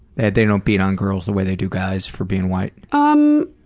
and they don't beat on girls the way they do guys for being white? um,